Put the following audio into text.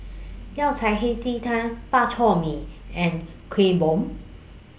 Yao Cai Hei Ji Tang Bak Chor Mee and Kuih Bom